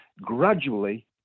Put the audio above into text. gradually